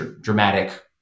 dramatic